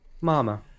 mama